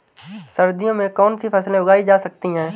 सर्दियों में कौनसी फसलें उगाई जा सकती हैं?